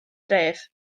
dref